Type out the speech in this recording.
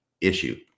issue